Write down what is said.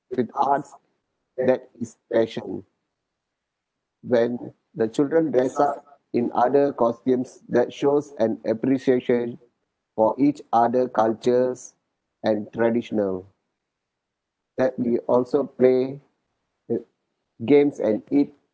that is passion when the children dress up in other costumes that shows an appreciation for each other cultures and traditional that we also play the games and eat